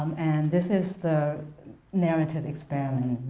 and this is the narrative experiment,